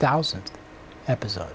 thousand episode